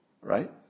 right